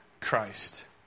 Christ